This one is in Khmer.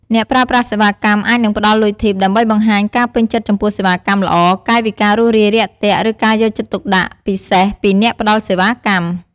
អ្នកប្រើប្រាស់សេវាកម្មអាចនឹងផ្ដល់លុយធីប ដើម្បីបង្ហាញការពេញចិត្តចំពោះសេវាកម្មល្អ កាយវិការរួសរាយរាក់ទាក់ ឬការយកចិត្តទុកដាក់ពិសេសពីអ្នកផ្ដល់សេវាកម្ម។